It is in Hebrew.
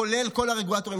כולל כל הרגולטורים,